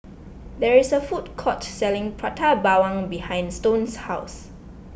there is a food court selling Prata Bawang behind Stone's house